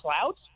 clouds